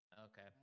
Okay